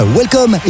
welcome